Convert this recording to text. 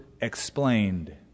explained